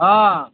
অঁ